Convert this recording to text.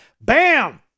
Bam